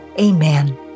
Amen